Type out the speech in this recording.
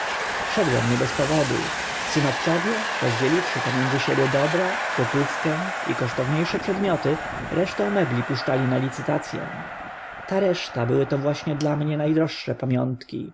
szedłem nie bez powodu synowcowie rozdzieliwszy pomiędzy siebie dobra gotówkę i kosztownie sze przedmioty resztę mebli puszczali na licytac ę ta reszta były to właśnie dla mnie na droższe pamiątki